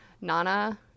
Nana